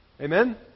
Amen